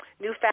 new